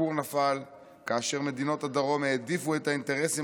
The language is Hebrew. הפור נפל כאשר מדינות הדרום העדיפו את האינטרסים